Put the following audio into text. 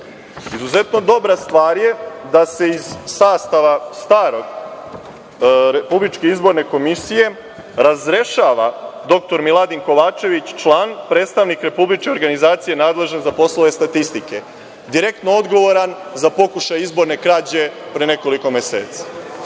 Izuzetno dobra stvar je da se iz sastava starog RIK razrešava dr Miladin Kovačević član predstavnika Republičke organizacije nadležan za poslove statistike, direktno odgovoran za pokušaj izborne krađe pre nekoliko meseci.